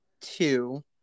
two